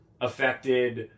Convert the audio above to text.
affected